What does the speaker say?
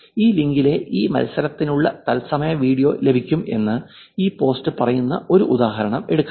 ഈ ലിങ്കിലെ ഈ മത്സരത്തിനുള്ള തത്സമയ വീഡിയോ ലഭിക്കും എന്ന് ഈ പോസ്റ്റ് പറയുന്ന ഒരു ഉദാഹരണം എടുക്കാം